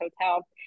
hotel